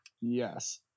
Yes